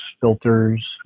filters